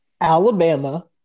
alabama